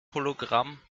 hologramm